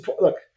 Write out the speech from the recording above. look